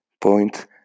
point